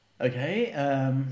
Okay